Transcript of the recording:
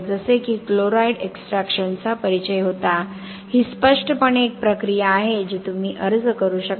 जसे की क्लोराईड एक्सट्रॅक्शनचा परिचय होता ही स्पष्टपणे एक प्रक्रिया आहे जी तुम्ही अर्ज करू शकता